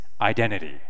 identity